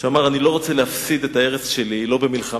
הוא אמר: אני לא רוצה להפסיד את הארץ שלי במלחמה,